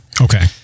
okay